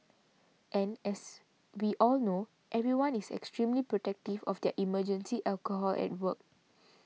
and as we all know everyone is extremely protective of their emergency alcohol at work